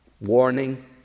warning